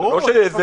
ברור.